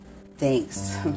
Thanks